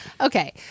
Okay